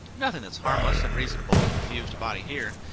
nothing that's harmless and reasonable is refused a body here,